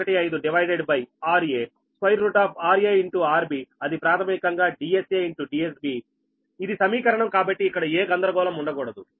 15 divided by rA rArBఅది ప్రాథమికంగా DSA DSB ఇది సమీకరణం కాబట్టి ఇక్కడ ఏ గందరగోళం ఉండకూడదు